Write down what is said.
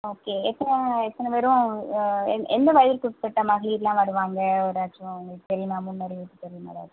okay எத்தனை எத்தனை பேரும் என் எந்த வயதுக்குட்பட்ட மகளிரெலாம் வருவாங்க ஒரு ஏதாச்சும் உங்களுக்கு தெரியுமா முன்னாடியே தெரியுமா ஏதாச்சும்